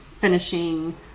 finishing